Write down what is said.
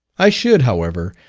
i should, however,